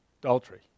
Adultery